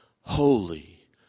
holy